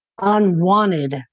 unwanted